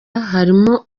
harimo